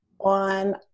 on